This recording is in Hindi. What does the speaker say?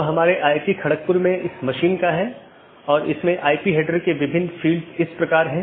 BGP सत्र की एक अवधारणा है कि एक TCP सत्र जो 2 BGP पड़ोसियों को जोड़ता है